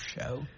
show